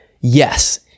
Yes